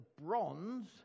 bronze